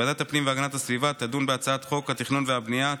ועדת הפנים והגנת הסביבה תדון בהצעת חוק התכנון והבנייה (תיקון,